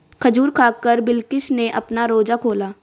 खजूर खाकर बिलकिश ने अपना रोजा खोला